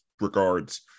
regards